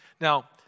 Now